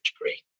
degree